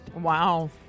Wow